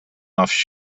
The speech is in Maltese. nafx